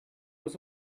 was